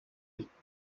inshuti